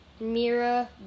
Mira